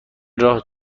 راه